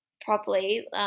properly